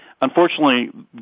unfortunately